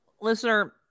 listener